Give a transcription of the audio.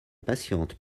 patiente